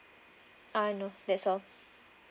uh no that's all